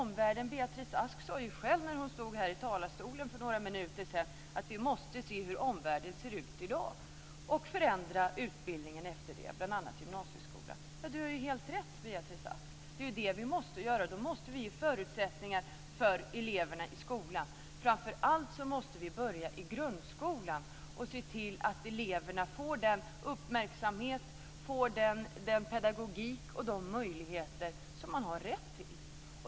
Men Beatrice Ask sade ju själv när hon stod här i talarstolen för några minuter sedan att vi måste se hur omvärlden ser ut i dag och förändra utbildningen efter det, bl.a. gymnasieskolan. Beatrice Ask har ju helt rätt, det är det vi måste göra. Då måste vi ge eleverna förutsättningar. Framför allt måste vi börja i grundskolan och se till att eleverna får den uppmärksamhet, den pedagogik och de möjligheter som man har rätt till.